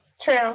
True